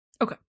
Okay